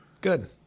Good